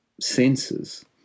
senses